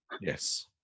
Yes